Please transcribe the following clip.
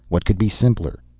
what could be simpler?